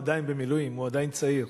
הוא עדיין במילואים, הוא עדיין צעיר,